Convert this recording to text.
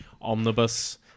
omnibus